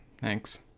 Thanks